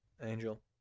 Angel